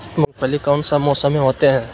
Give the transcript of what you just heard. मूंगफली कौन सा मौसम में होते हैं?